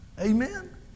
Amen